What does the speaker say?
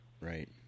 Right